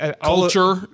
Culture